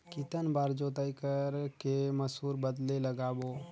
कितन बार जोताई कर के मसूर बदले लगाबो?